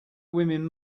women